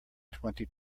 twenty